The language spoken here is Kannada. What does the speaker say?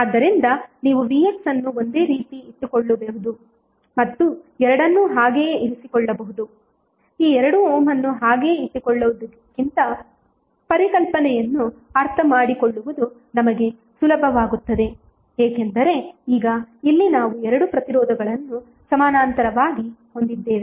ಆದ್ದರಿಂದ ನೀವು vx ಅನ್ನು ಒಂದೇ ರೀತಿ ಇಟ್ಟುಕೊಳ್ಳಬಹುದು ಮತ್ತು ಎರಡನ್ನೂ ಹಾಗೆಯೇ ಇರಿಸಿಕೊಳ್ಳಬಹುದು ಈ 2 ಓಮ್ ಅನ್ನು ಹಾಗೇ ಇಟ್ಟುಕೊಳ್ಳುವುದಕ್ಕಿಂತ ಪರಿಕಲ್ಪನೆಯನ್ನು ಅರ್ಥಮಾಡಿಕೊಳ್ಳುವುದು ನಮಗೆ ಸುಲಭವಾಗುತ್ತದೆ ಏಕೆಂದರೆ ಈಗ ಇಲ್ಲಿ ನಾವು ಎರಡೂ ಪ್ರತಿರೋಧಗಳನ್ನು ಸಮಾನಾಂತರವಾಗಿ ಹೊಂದಿದ್ದೇವೆ